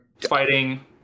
fighting